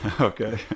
Okay